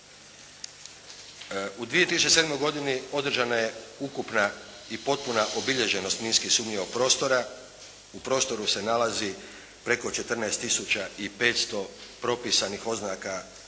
U 2007. godini održana je ukupna i potpuna obilježenost minski sumnjivog prostora. U prostoru se nalazi preko 14 tisuća i 500 propisanih oznaka minske